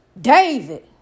David